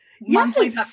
Monthly